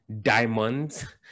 diamonds